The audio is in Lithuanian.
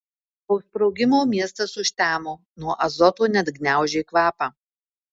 po sprogimo miestas užtemo nuo azoto net gniaužė kvapą